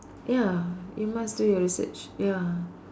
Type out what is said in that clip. ya you must do a research ya